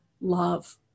love